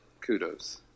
Kudos